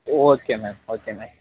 O okay ma'am okay ma'am